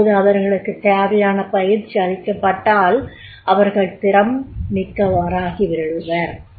அப்போது அவர்களுக்குத் தேவையான பயிற்சியளிக்கப்பட்டால் அவர்கள் திறம் மிக்கவராகிவிடுவர்